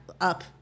up